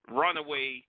runaway